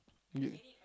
you